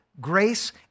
Grace